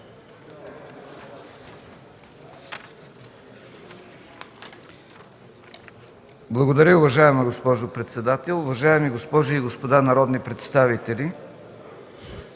Благодаря, уважаема госпожо председател. Уважаеми госпожи и господа народни представители,